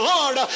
Lord